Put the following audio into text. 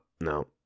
No